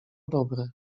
dobre